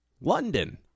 london